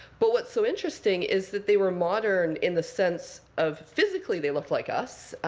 but what's so interesting is that they were modern in the sense of physically they looked like us.